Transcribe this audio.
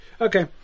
Okay